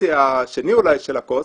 החצי השני של הכוס,